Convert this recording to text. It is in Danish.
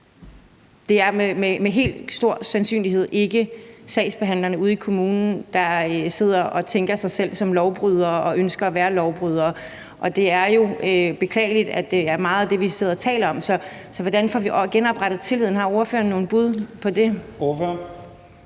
det er med stor sandsynlighed ikke sagsbehandlerne ude i kommunerne, som sidder og tænker på sig selv som lovbrydere eller ønsker at være lovbrydere, og det er jo beklageligt, at det meget er det, vi sidder og taler om. Så hvordan får vi genoprettet tilliden? Har ordføreren nogle bud på det?